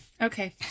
Okay